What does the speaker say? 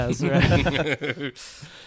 Yes